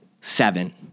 seven